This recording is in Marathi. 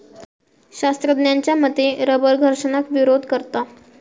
शास्त्रज्ञांच्या मते रबर घर्षणाक विरोध करता